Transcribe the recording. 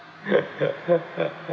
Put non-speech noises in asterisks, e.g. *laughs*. *laughs*